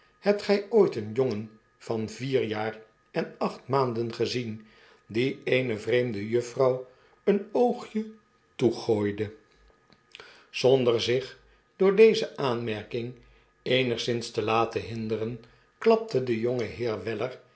hebt gij ooit een jongen van vier jaar en acht maanden gezien die eene vreemde juffrouw een oogje toegooide zonder zich door deze aanmerking eenigszins te laten hinderen klapte de jongeheer weller